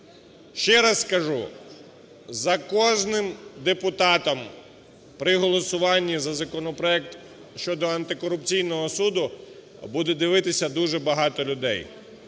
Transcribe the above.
Ще раз кажу, за кожним депутатом при голосування за законопроект щодо антикорупційного суду буде дивитися дуже багато людей.